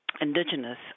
Indigenous